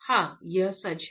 हाँ यह सच है